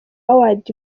awards